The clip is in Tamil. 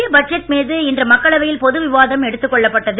மத்திய பட்ஜெட் மீது இன்று மக்களவையில் பொது விவாதம் எடுத்துக் கொள்ளப்பட்டது